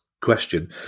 question